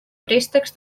préstecs